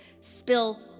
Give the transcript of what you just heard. spill